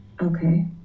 Okay